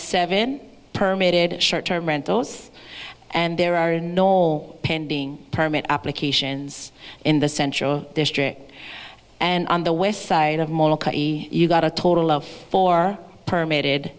seven permeated short term rentals and there are normal pending permit applications in the central district and on the west side of you got a total of four permeated